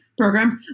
programs